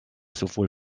sowohl